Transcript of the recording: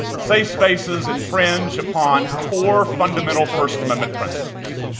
safe spaces infringe upon core fundamental first amendment principles.